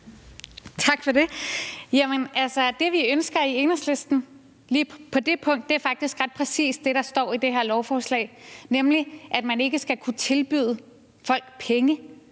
Tak for det. Altså, det, vi ønsker i Enhedslisten lige på det punkt, er faktisk ret præcist det, der står i det her lovforslag, nemlig at man ikke skal kunne tilbyde folk penge